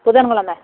புதன்கெழமை